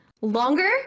longer